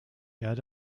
erde